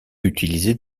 utilisées